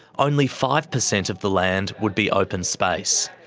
only five percent of the land would be open space.